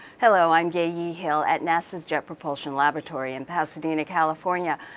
hello, i'm gay yee hill, at nasa's jet propulsion laboratory in pasadena, california.